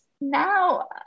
now